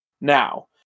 now